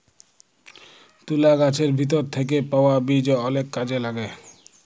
তুলা গাহাচের ভিতর থ্যাইকে পাউয়া বীজ অলেক কাজে ল্যাগে